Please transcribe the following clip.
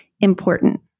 important